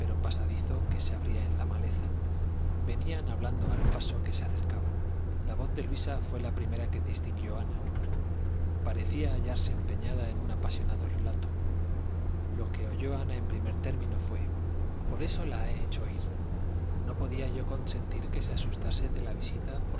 pasadizo que se abría en la maleza venían hablando al paso que se acercaban la voz de luisa fué la primera que distinguió ana parecía hallarse empeñada en un apasionado relato lo que oyó ana en primer término fué por eso la he hecho ir no podía yo consentir que se asustase de la visita